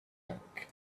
tank